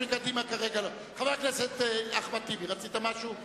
חבר הכנסת אחמד טיבי, רצית משהו?